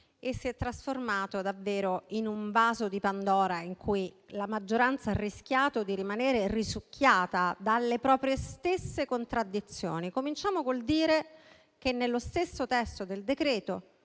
e si è trasformato davvero in un vaso di Pandora in cui la maggioranza ha rischiato di rimanere risucchiata dalle proprie stesse contraddizioni. Cominciamo col dire che nello stesso testo del decreto-legge